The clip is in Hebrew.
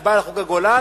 להצבעה על חוק הגולן,